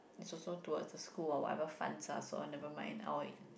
also towards the school or whatever fund lah so nevermind I will